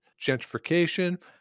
gentrification